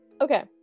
Okay